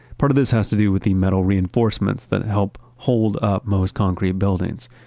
part of this has to do with the metal reinforcements that help hold up most concrete buildings,